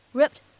Ripped